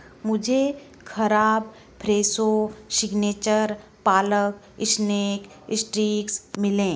मुझे खराब Fresho signature palak snack sticks मिले